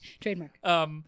Trademark